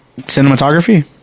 Cinematography